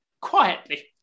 quietly